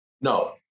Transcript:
No